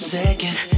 second